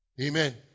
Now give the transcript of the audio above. amen